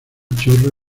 chorros